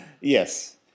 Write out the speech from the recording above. Yes